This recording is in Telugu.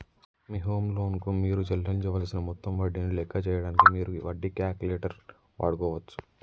మీ హోమ్ లోన్ కు మీరు చెల్లించవలసిన మొత్తం వడ్డీని లెక్క చేయడానికి మీరు వడ్డీ క్యాలిక్యులేటర్ వాడుకోవచ్చు